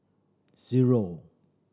zero